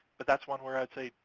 but that's one where i'd say,